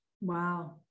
Wow